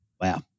wow